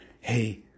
hey